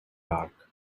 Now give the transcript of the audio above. dark